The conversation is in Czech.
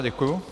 Děkuju.